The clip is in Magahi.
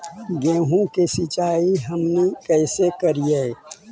गेहूं के सिंचाई हमनि कैसे कारियय?